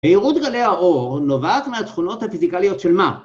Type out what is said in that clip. ‫מהירות גלי האור נובעת מהתכונות ‫הפיזיקליות של מה?